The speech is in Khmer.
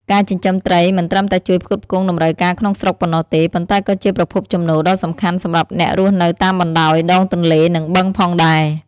ការចិញ្ចឹមត្រីមិនត្រឹមតែជួយផ្គត់ផ្គង់តម្រូវការក្នុងស្រុកប៉ុណ្ណោះទេ ប៉ុន្តែក៏ជាប្រភពចំណូលដ៏សំខាន់សម្រាប់អ្នករស់នៅតាមបណ្ដោយដងទន្លេ និងបឹងផងដែរ។